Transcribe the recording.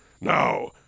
Now